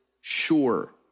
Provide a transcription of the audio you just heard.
sure